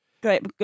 Great